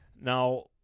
now